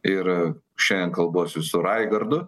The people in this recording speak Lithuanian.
ir šiandien kalbuosi su raigardu